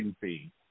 fee